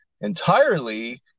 entirely